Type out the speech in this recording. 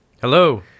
Hello